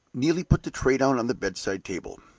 neelie put the tray down on the bedside table.